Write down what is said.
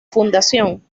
fundación